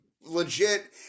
legit